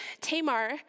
Tamar